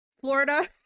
Florida